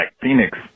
Phoenix